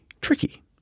tricky